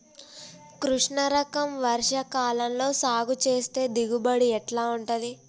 కృష్ణ రకం వర్ష కాలం లో సాగు చేస్తే దిగుబడి ఎట్లా ఉంటది?